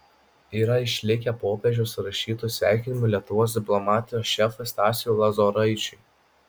yra išlikę popiežiaus rašytų sveikinimų lietuvos diplomatijos šefui stasiui lozoraičiui